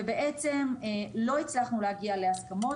ובעצם לא הצלחנו להגיע להסכמות.